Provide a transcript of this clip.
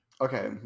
okay